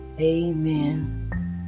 Amen